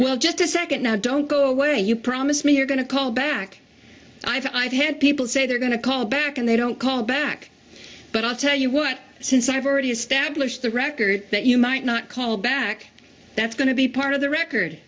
minutes just a second now don't go away you promise me you're going to call back i've had people say they're going to call back and they don't call back but i'll tell you what since i've already established the record that you might not call back that's going to be part of the record